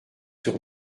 sur